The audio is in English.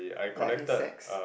like insects